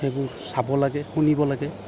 সেইবোৰ চাব লাগে শুনিব লাগে